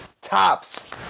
tops